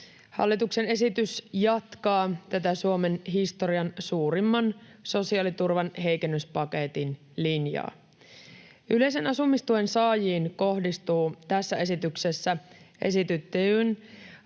Hallituksen esitys jatkaa tätä Suomen historian suurimman sosiaaliturvan heikennyspaketin linjaa. Yleisen asumistuen saajiin kohdistuu tässä esityksessä esitettyjen